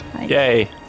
Yay